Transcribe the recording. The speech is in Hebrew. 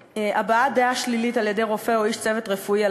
הבעת דעה שלילית על-ידי רופא או איש צוות רפואי על